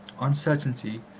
uncertainty